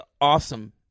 awesome